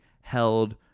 held